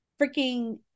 Freaking